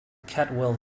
caldwell